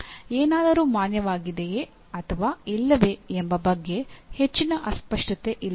ಏನಾದರೂ ಮಾನ್ಯವಾಗಿದೆಯೇ ಅಥವಾ ಇಲ್ಲವೇ ಎಂಬ ಬಗ್ಗೆ ಹೆಚ್ಚಿನ ಅಸ್ಪಷ್ಟತೆ ಇಲ್ಲ